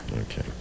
Okay